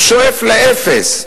הוא שואף לאפס,